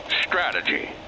strategy